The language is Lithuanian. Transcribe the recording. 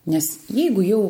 nes jeigu jau